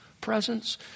presence